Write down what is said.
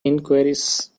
enquiries